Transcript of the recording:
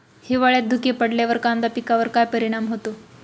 हिवाळ्यात धुके पडल्यावर कांदा पिकावर काय परिणाम होतो?